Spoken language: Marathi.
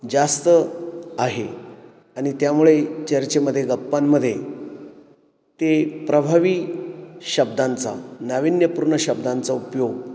जास्त आहे आणि त्यामुळे चर्चेमध्ये गप्पांमधे ते प्रभावी शब्दांचा नावीन्यपूर्ण शब्दांचा उपयोग